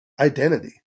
identity